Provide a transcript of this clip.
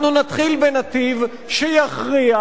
אנחנו נתחיל בנתיב שיכריח,